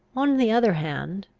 on the other hand,